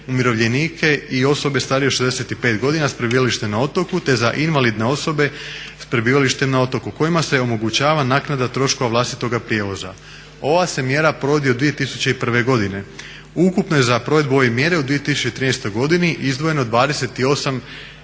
umirovljenike i osobe starije od 65 godina s prebivalištem na otoku, te za invalidne osobe s prebivalištem na otoku kojima se omogućava naknada troškova vlastitoga prijevoza. Ova se mjera provodi od 2001. godine. Ukupno je za provedbu ove mjere u 2013. godini izdvojeno 28,3